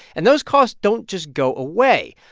and those costs don't just go away.